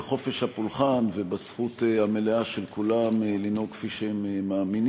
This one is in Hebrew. על חופש הפולחן והזכות המלאה של כולם לנהוג כפי שהם מאמינים,